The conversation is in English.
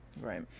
Right